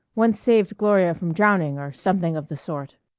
once saved gloria from drowning, or something of the sort.